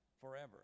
forever